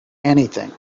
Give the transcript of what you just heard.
anything